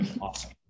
awesome